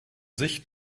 sich